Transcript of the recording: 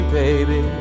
baby